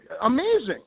amazing